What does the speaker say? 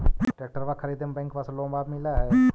ट्रैक्टरबा खरीदे मे बैंकबा से लोंबा मिल है?